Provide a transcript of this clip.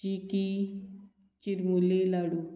चिकी चिरमुली लाडू